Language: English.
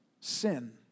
sin